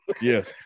Yes